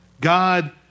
God